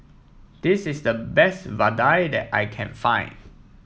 this is the best Vadai that I can find